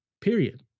period